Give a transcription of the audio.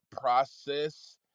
process